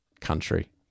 country